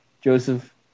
Joseph